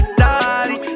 daddy